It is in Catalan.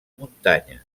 muntanya